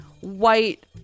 white